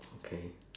okay